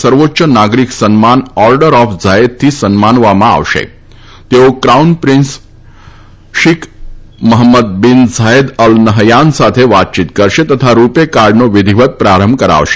સર્વોચ્ય નાગરિક સન્માન ઓર્ડર ઓફ ઝાયેદથી સન્માનવામાં આવશે તેઓ crown prince Sheikh Mohammed bin Zayed Al Nahyan સાથે વાતચીત કરશે તથા રૂપે કાર્ડનો વિધિવત પ્રારંભ કરાવશે